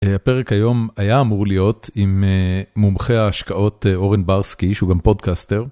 הפרק היום היה אמור להיות עם מומחה ההשקעות אורן ברסקי שהוא גם פודקסטר.